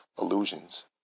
illusions